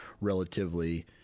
relatively